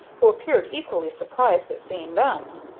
who appeared equally surprised at seeing them.